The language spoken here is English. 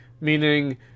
Meaning